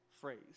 phrase